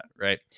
Right